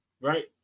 Right